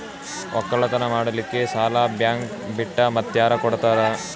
ಒಕ್ಕಲತನ ಮಾಡಲಿಕ್ಕಿ ಸಾಲಾ ಬ್ಯಾಂಕ ಬಿಟ್ಟ ಮಾತ್ಯಾರ ಕೊಡತಾರ?